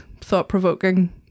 thought-provoking